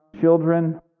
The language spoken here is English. children